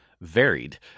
varied